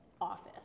office